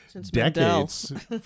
decades